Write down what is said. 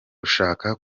gushaka